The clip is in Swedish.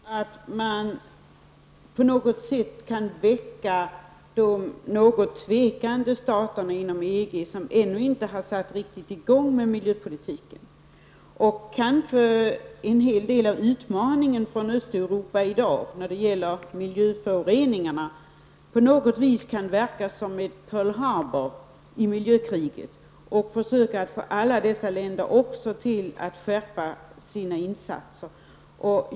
Herr talman! Det är oerhört viktigt att man på något sätt kan väcka de något tveksamma staterna inom EG, de som ännu inte riktigt satt i gång med miljöpolitiken. Kanske en hel del av utmaningen från Östeuropa i dag när det gäller miljöföroreningarna kan verka som ett Pearl Habor i miljökriget och få även dessa länder att skärpa sina insatser.